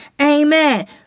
Amen